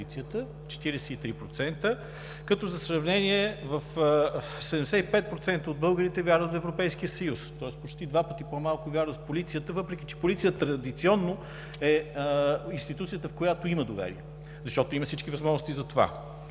в полицията – 43%, като за сравнение – 75% от българите вярват в Европейския съюз. Тоест почти два пъти по-малко вярват в полицията, въпреки че полицията традиционно е институцията, в която има доверие. Защото има всички възможности за това.